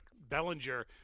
Bellinger